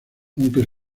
aunque